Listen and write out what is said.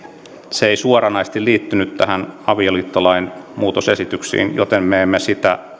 se ei suoranaisesti liittynyt näihin avioliittolain muutosesityksiin joten me emme sitä